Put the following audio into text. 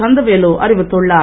கந்தவேலு அறிவித்துள்ளார்